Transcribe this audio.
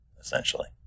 essentially